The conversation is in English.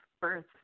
birth